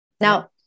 Now